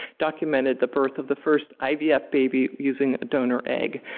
documented the birth of the first ivf baby using a donor egg.